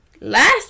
last